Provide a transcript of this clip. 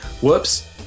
whoops